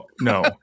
no